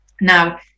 Now